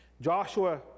Joshua